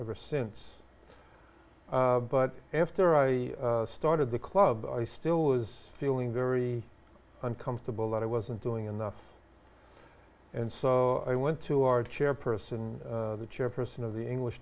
ever since but after i started the club i still was feeling very uncomfortable that i wasn't doing enough and so i went to our chairperson the chairperson of the english